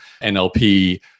NLP